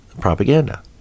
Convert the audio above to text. propaganda